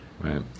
Right